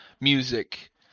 music